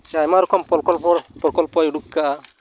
ᱟᱭᱢᱟ ᱨᱚᱠᱚᱢ ᱯᱨᱚᱠᱚᱞᱯᱚ ᱯᱨᱚᱠᱚᱞᱯᱚᱭ ᱩᱰᱩᱠ ᱠᱟᱜᱼᱟ